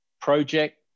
project